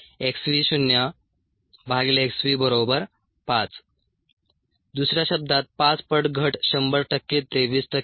xv0xv 5 दुसऱ्या शब्दांत 5 पट घट100 टक्के ते 20 टक्के